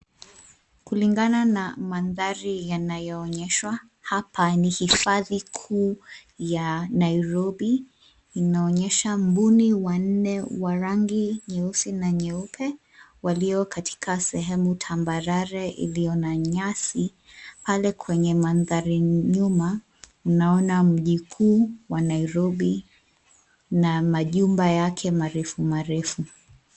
Kulingana na mandhari yanayoonyeshwa, hapa ni hifadhi kuu ya Nairobi, inaonyesha mbuni wanne wa rangi nyeusi na nyeupe, walio katika sehemu tambarare iliyo na nyasi, pale kwenye mandhari nyuma ninaona mji kuu wa Nairobi na majumba yake marefu marefu.